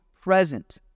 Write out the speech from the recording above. present